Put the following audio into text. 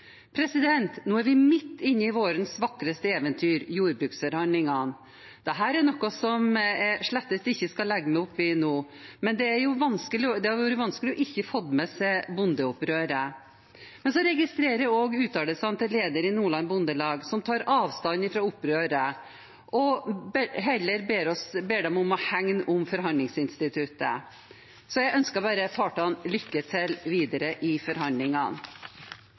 Nå er vi midt inne i vårens vakreste eventyr, jordbruksforhandlingene. Dette er noe jeg slett ikke skal legge meg opp i nå, men det har vært vanskelig ikke å få med seg bondeopprøret. Men jeg registrerer også uttalelsene til lederen i Nordland Bondelag, som tar avstand fra opprøret og heller ber dem om å hegne om forhandlingsinstituttet. Så jeg ønsker bare partene lykke til videre i forhandlingene.